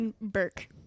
Burke